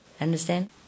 understand